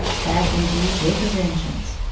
back, indeed, with a vengeance.